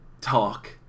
talk